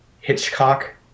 Hitchcock